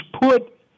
put